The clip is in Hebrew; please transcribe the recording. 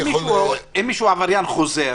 אם מישהו הוא עבריין חוזר,